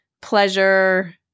pleasure